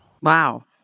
Wow